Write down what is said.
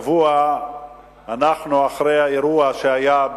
אנחנו שבוע אחרי האירוע שהיה,